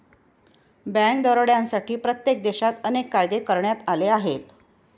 bank दरोड्यांसाठी प्रत्येक देशात अनेक कायदे करण्यात आले आहेत